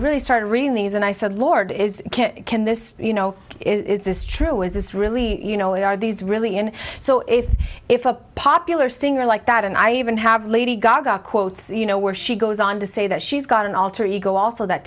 really started reading these and i said lord is can't can this you know is this true is this really you know are these really in so if if a popular singer like that and i even have lady gaga quotes you know where she goes on to say that she's got an alter ego also that